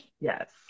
Yes